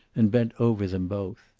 and bent over them both.